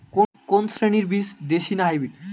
কোন শ্রেণীর বীজ দেশী না হাইব্রিড?